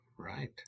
Right